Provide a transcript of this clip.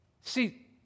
see